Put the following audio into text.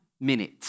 minute